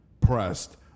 pressed